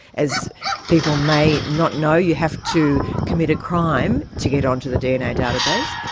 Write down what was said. as people may not know, you have to commit a crime to get onto the dna database.